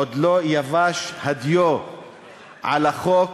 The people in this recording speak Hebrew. עוד לא יבש הדיו על החוק